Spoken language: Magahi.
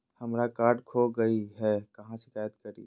हमरा कार्ड खो गई है, कहाँ शिकायत करी?